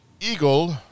Eagle